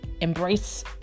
embrace